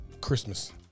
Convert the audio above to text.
Christmas